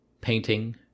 painting